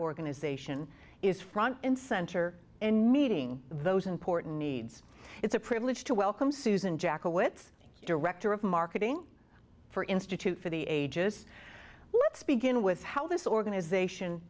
organization is front and center and meeting those important needs it's a privilege to welcome susan jack o its director of marketing for institute for the ages let's begin with how this organization